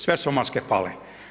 Sve su maske pale.